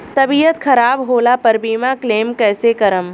तबियत खराब होला पर बीमा क्लेम कैसे करम?